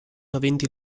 aventi